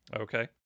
Okay